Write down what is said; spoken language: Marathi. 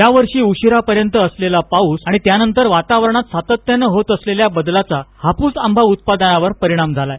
या वर्षी उशिरापर्यंत असलेला पाऊस आणि त्यानंतर वातावरणात सातत्याने होत असलेल्या बदलाचा हाप्स आंबा उत्पादनावर परिणाम झाला आहे